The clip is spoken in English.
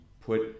put